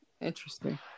Interesting